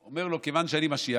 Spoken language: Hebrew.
הוא אמר לו: כיוון שאני משיח,